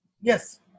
Yes